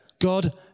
God